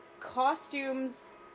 costumes